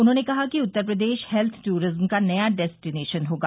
उन्होंने कहा कि उत्तर प्रदेश हेत्थ टूरिज्म का नया डेस्टीनेशन होगा